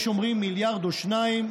יש אומרים מיליארד או שניים,